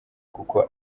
kuko